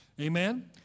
Amen